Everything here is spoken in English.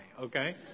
okay